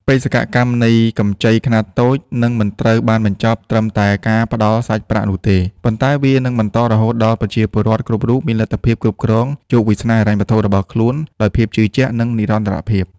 បេសកកម្មនៃកម្ចីខ្នាតតូចនឹងមិនត្រូវបានបញ្ចប់ត្រឹមតែការផ្ដល់សាច់ប្រាក់នោះទេ ប៉ុន្តែវានឹងបន្តរហូតដល់ប្រជាពលរដ្ឋគ្រប់រូបមានលទ្ធភាពគ្រប់គ្រងជោគវាសនាហិរញ្ញវត្ថុរបស់ខ្លួនដោយភាពជឿជាក់ និងនិរន្តរភាព។